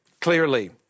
clearly